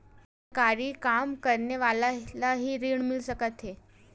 का सरकारी काम करने वाले ल हि ऋण मिल सकथे?